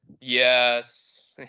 yes